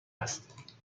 است